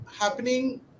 happening